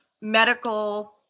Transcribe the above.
medical